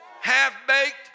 half-baked